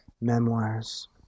memoirs